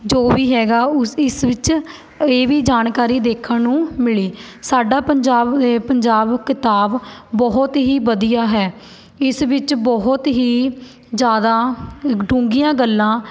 ਜੋ ਵੀ ਹੈਗਾ ਉਸ ਇਸ ਵਿੱਚ ਇਹ ਵੀ ਜਾਣਕਾਰੀ ਦੇਖਣ ਨੂੰ ਮਿਲੀ ਸਾਡਾ ਪੰਜਾਬ ਪੰਜਾਬ ਕਿਤਾਬ ਬਹੁਤ ਹੀ ਵਧੀਆ ਹੈ ਇਸ ਵਿੱਚ ਬਹੁਤ ਹੀ ਜ਼ਿਆਦਾ ਅ ਡੂੰਘੀਆਂ ਗੱਲਾਂ